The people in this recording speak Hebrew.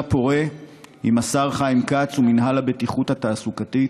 פורה עם השר חיים כץ ומינהל הבטיחות התעסוקתית,